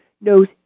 knows